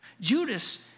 Judas